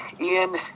Ian